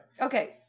Okay